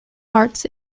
arts